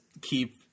keep